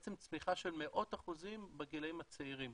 בעצם צמיחה של מאות אחוזים בגילאים הצעירים.